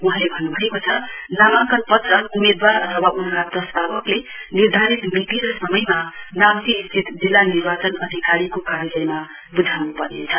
वहाँले भन्नुभएको नामाङ्कन पत्र उम्मेदवार अथवा उनका प्रस्तावकले निर्धारित मिति र समयमा नाम्ची स्थित जिल्ली निर्वाचन अधिकारीको कार्यकलयमा बुझाउनु पर्नेछ